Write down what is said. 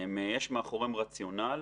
יש מאחוריהם רציונל,